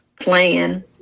plan